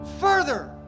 further